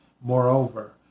Moreover